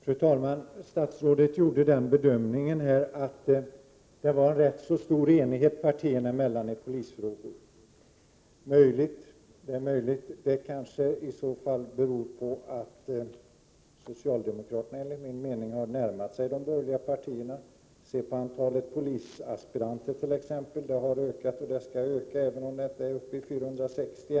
Fru talman! Statsrådet gjorde den bedömningen att det är en rätt stor enighet partierna emellan i polisfrågor. Det är möjligt. Det beror i så fall enligt min mening på att socialdemokraterna har närmat sig de borgerliga partierna. Se t.ex. på antalet polisaspiranter, som har ökat och som skall öka, även om det ännu inte är uppe i 460.